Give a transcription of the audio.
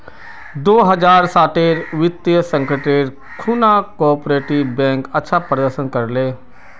दो हज़ार साटेर वित्तीय संकटेर खुणा कोआपरेटिव बैंक अच्छा प्रदर्शन कर ले